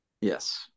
Yes